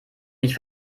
mich